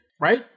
Right